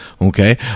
Okay